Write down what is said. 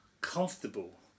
comfortable